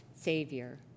savior